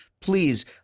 please